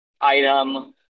item